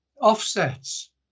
offsets